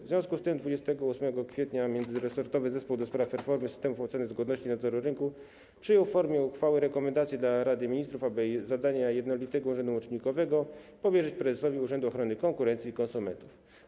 W związku z tym 28 kwietnia międzyresortowy zespół do spraw reformy systemów oceny zgodności i nadzoru rynku przyjął w formie uchwały rekomendację dla Rady Ministrów, aby zadania jednolitego urzędu łącznikowego powierzyć prezesowi Urzędu Ochrony Konkurencji i Konsumentów.